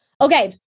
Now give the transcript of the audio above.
Okay